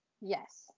Yes